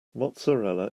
mozzarella